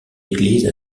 église